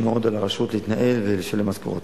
מאוד על הרשות להתנהל ולשלם משכורות.